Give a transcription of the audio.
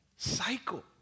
Cycle